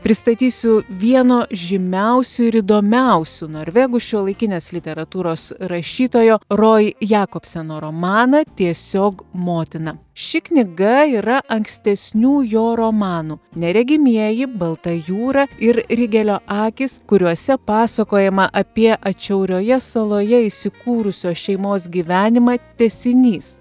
pristatysiu vieno žymiausių ir įdomiausių norvegų šiuolaikinės literatūros rašytojo roj jakobseno romaną tiesiog motina ši knyga yra ankstesnių jo romanų neregimieji balta jūra ir rigelio akys kuriuose pasakojama apie atšiaurioje saloje įsikūrusios šeimos gyvenimą tęsinys